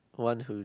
who want to